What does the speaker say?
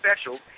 special